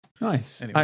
Nice